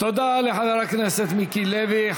תודה לחבר הכנסת מיקי לוי.